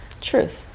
truth